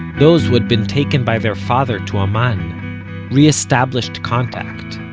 those who had been taken by their father to amman re-established contact.